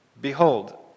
Behold